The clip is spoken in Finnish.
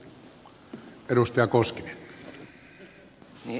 arvoisa puhemies